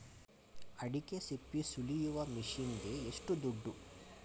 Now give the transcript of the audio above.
ಅಡಿಕೆ ಸಿಪ್ಪೆ ಸುಲಿಯುವ ಮಷೀನ್ ಗೆ ಏಷ್ಟು ದುಡ್ಡು?